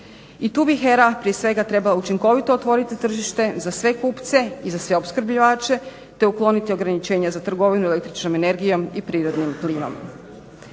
I tu bih HERA prije svega trebala učinkovito otvoriti tržište za sve kupce i za sve opskrbljivače te ukloniti ograničenja za trgovinu električnom energijom i prirodnim plinom.